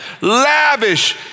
Lavish